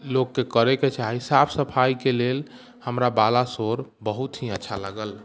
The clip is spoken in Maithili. लोग के करय के चाही साफ सफाइ के लेल हमरा बालासोर बहुत ही अच्छा लागल